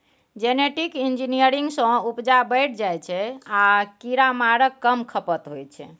genetic engineering सँ उपजा बढ़ि जाइ छै आ कीरामारक कम खपत होइ छै